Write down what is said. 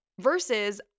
Versus